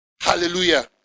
Hallelujah